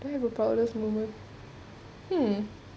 do I have the proudest moment uh